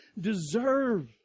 deserve